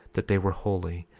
that they were holy,